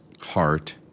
heart